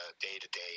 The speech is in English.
day-to-day